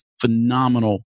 phenomenal